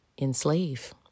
enslave